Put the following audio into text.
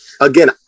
Again